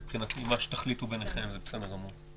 מבחינתי מה שתחליטו ביניכם זה בסדר גמור.